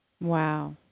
Wow